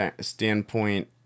standpoint